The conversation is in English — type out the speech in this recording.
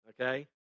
okay